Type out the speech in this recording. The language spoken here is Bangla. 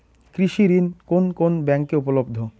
কৃষি ঋণ কোন কোন ব্যাংকে উপলব্ধ?